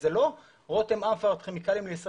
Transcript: זה לא רותם אמפרט כימיקלים לישראל